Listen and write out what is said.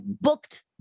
booked